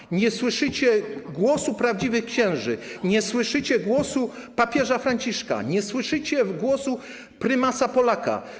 Wy w TVN. ...i nie słyszycie głosu prawdziwych księży, nie słyszycie głosu papieża Franciszka, nie słyszycie głosu prymasa Polaka.